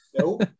nope